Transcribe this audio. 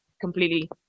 completely